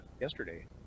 yesterday